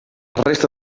resta